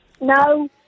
No